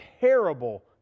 terrible